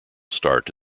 start